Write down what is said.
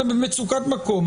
אתם במצוקת מקום,